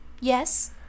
Yes